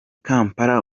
kampala